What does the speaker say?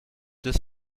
des